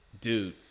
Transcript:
dude